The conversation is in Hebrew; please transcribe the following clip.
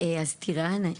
שמי טירה.